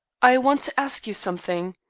i want to ask you something.